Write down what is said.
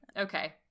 okay